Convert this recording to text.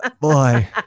boy